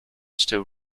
still